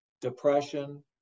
depression